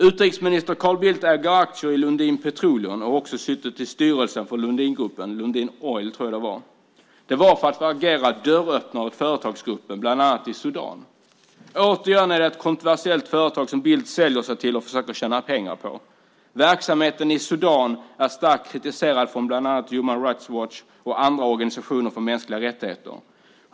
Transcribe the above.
Utrikesminister Carl Bildt äger aktier i Lundin Petroleum och har också suttit i styrelsen för Lundingruppen - Lundin Oil tror jag. Det var för att agera dörröppnare åt företagsgruppen, bland annat i Sudan. Återigen är det ett kontroversiellt företag som Bildt säljer sig till och försöker tjäna pengar på. Verksamheten i Sudan är starkt kritiserad av Human Rights Watch och andra organisationer för mänskliga rättigheter.